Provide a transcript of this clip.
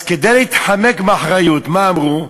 אז כדי להתחמק מאחריות מה אמרו?